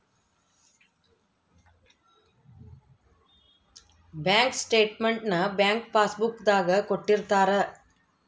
bank statement ನ bank passbook ದಾಗ ಕೊಟ್ಟಿರ್ತಾರ